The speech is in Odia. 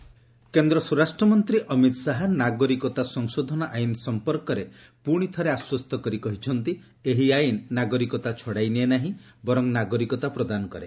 ଅମିତ ଶାହା କୋଧପୁର କେନ୍ଦ୍ର ସ୍ୱରାଷ୍ଟ୍ରମନ୍ତ୍ରୀ ଅମିତ ଶାହା ନାଗରିକତା ସଂଶୋଧନ ଆଇନ୍ ସମ୍ପର୍କରେ ପ୍ରଶିଥରେ ଆଶ୍ୱସ୍ତ କରି କହିଚ୍ଚନ୍ତି ଏହି ଆଇନ୍ ନାଗରିକତା ଛଡ଼ାଇନିଏ ନାହିଁ ବରଂ ନାଗରିକତା ପ୍ରଦାନ କରେ